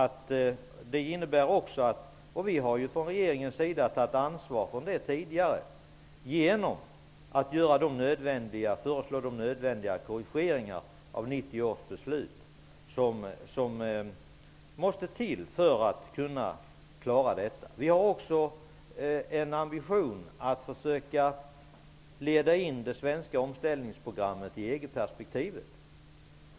Regeringen har ju också tagit ansvar för det tidigare genom att föreslå nödvändiga korrigeringar av 1990 års beslut, korrigeringar som måste till för att vi skall kunna klara detta. Vi har också en ambition att försöka leda in det svenska omställningsprogrammet i EG perspektivet.